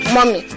Mommy